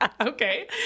Okay